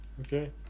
okay